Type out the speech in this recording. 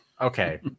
Okay